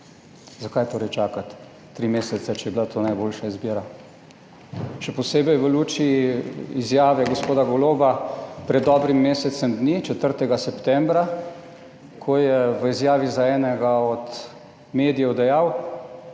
Zakaj torej čakati 3 mesece, če je bila to najboljša izbira? Še posebej v luči izjave gospoda Goloba pred dobrim mesecem dni, 4. septembra, ko je v izjavi za enega od medijev dejal,